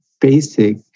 basic